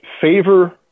favor